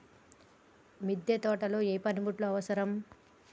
మిద్దె తోటలో ఏ పనిముట్లు అవసరం?